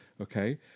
Okay